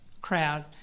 crowd